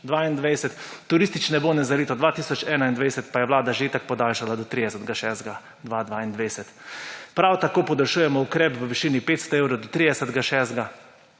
2022. Turistične bone za leto 2021 pa je vlada že itak podaljšala do 30. 6. 2022. Prav tako podaljšujemo ukrep v višini 500 evrov do 30. 6.